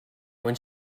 when